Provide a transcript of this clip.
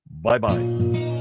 bye-bye